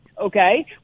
okay